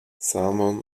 salmon